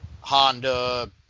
Honda